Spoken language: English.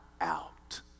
out